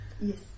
yes